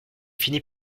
finit